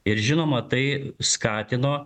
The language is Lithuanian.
ir žinoma tai skatino